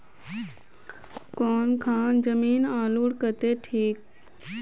कौन खान जमीन आलूर केते ठिक?